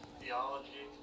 theology